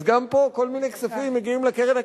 אז גם פה כל מיני כספים מגיעים לקרן קיימת,